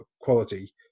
quality